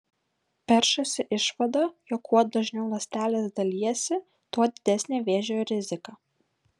peršasi išvada jog kuo dažniau ląstelės dalijasi tuo didesnė vėžio rizika